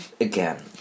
again